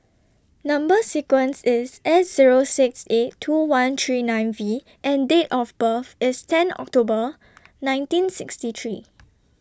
Number sequence IS S Zero six eight two one three nine V and Date of birth IS ten October nineteen sixty three